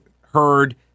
heard